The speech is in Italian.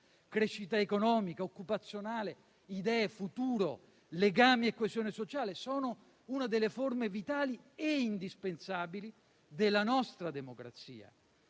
crescita economica e occupazionale, idee, futuro, legami e coesione sociale. Sono una delle forme vitali e indispensabili della nostra democrazia;